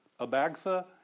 Abagtha